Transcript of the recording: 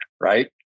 right